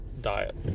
diet